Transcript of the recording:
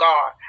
God